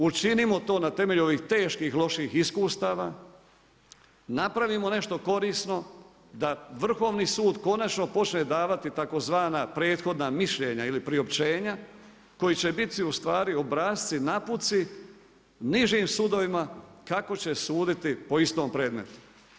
Učinimo to na temelju ovih teških loših iskustava, napravimo nešto korisno da Vrhovni sud konačno počne davati tzv. prethodna mišljenja ili priopćenja koji će biti ustvari obrasci, naputci nižim sudovima kako će suditi po istom predmetu.